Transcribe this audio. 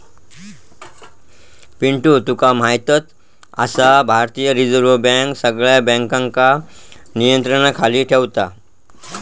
पिंटू तुका म्हायतच आसा, भारतीय रिझर्व बँक सगळ्या बँकांका नियंत्रणाखाली ठेवता